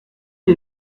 les